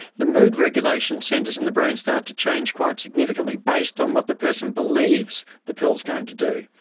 the mood regulation centres in the brain start to change quite significantly, based on what the person believes the pill is going to do,